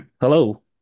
Hello